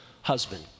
husband